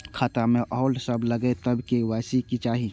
खाता में होल्ड सब लगे तब के.वाई.सी चाहि?